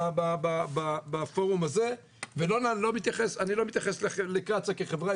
בפורום הזה ואני לא מתייחס לקצא"א כחברה,